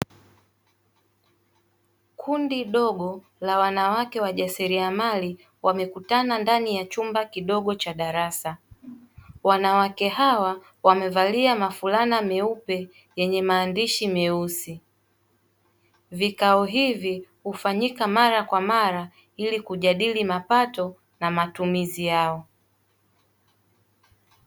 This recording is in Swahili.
Kundi dogo la wanawake wajasiriamali wamekutana ndani ya chumba kidogo cha darasa, wanawake hawa wamevalia mafulana meupe yenye maandishi meusi. Vikao hivi hufanyika mara kwa mara ili kujadili mapato na matumizi yao.